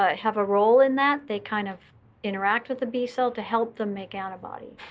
ah have a role in that. they kind of interact with the b cell to help them make antibodies.